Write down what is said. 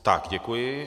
Tak děkuji.